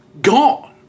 gone